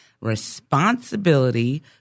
Responsibility